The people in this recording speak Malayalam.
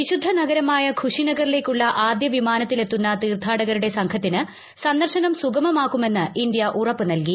വിശുദ്ധ നഗരമായ ഖുശിനഗറിലേക്കുള്ള ആദ്യ വിമാനത്തിലെത്തുന്ന തീർത്ഥാടകരുടെ സംഘത്തിന് സന്ദർശനം സുഗമമാക്കുമെന്ന് ഇന്ത്യ ഉറപ്പ് നൽകി